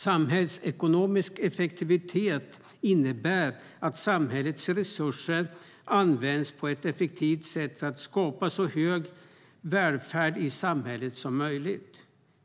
Samhällsekonomisk effektivitet innebär att samhällets resurser används på ett effektivt sätt för att skapa så hög välfärd i samhället som möjligt.